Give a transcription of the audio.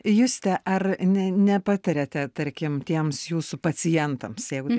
juste ar ne nepatariate tarkim tiems jūsų pacientams jeigu